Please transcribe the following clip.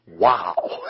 wow